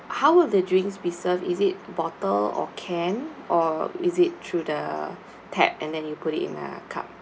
how would the drinks be served is it bottle or canned or is it through the tab and then you put it in a cup